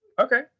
Okay